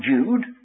Jude